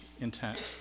intent